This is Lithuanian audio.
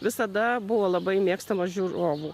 visada buvo labai mėgstamas žiūrovų